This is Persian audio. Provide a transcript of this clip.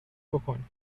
بکنی